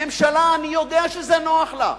ממשלה, אני יודע שזה נוח לה.